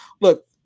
look